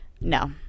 No